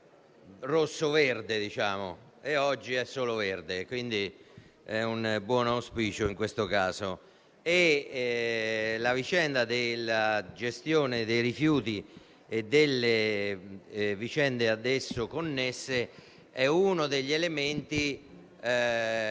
rossoverde e oggi è solo verde. Quindi è un buon auspicio, in questo caso. La questione della gestione dei rifiuti e delle vicende ad essa connesse è uno degli elementi